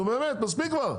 נו באמת מספיק כבר.